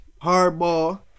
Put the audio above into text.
Hardball